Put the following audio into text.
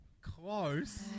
close